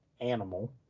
animal